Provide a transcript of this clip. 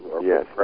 Yes